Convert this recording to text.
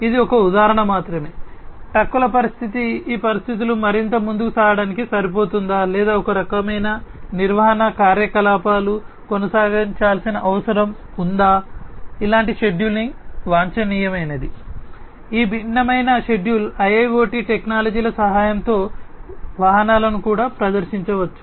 ఇది ఒక ఉదాహరణ మాత్రమే ట్రక్కుల పరిస్థితి ఈ పరిస్థితులు మరింత ముందుకు సాగడానికి సరిపోతుందా లేదా ఒకరకమైన నిర్వహణ కార్యకలాపాలు కొనసాగించాల్సిన అవసరం ఉందా ఇలాంటి షెడ్యూలింగ్ వాంఛనీయమైనది ఈ భిన్నమైన షెడ్యూల్ IIoT టెక్నాలజీల సహాయంతో వాహనాలను కూడా ప్రదర్శించవచ్చు